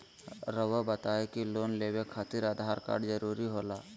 रौआ बताई की लोन लेवे खातिर आधार कार्ड जरूरी होला?